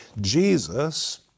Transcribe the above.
Jesus